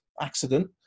accident